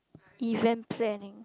event planning